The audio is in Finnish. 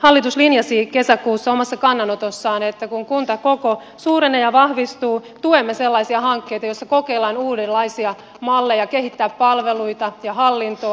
hallitus linjasi kesäkuussa omassa kannanotossaan että kun kuntakoko suurenee ja vahvistuu tuemme sellaisia hankkeita joissa kokeillaan uudenlaisia malleja kehittää palveluita ja hallintoa